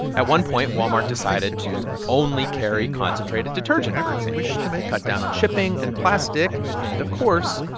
at one point, walmart decided to only carry concentrated detergent, for example cut down on shipping and plastic and, of course,